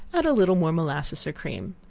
add a little more molasses or cream.